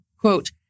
quote